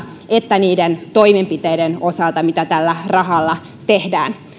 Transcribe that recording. että niiden toimenpiteiden osalta mitä tällä rahalla tehdään